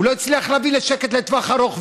הוא לא הצליח להביא לשקט לטווח ארוך.